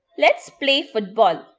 let's play football.